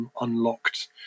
unlocked